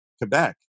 Quebec